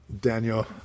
Daniel